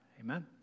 amen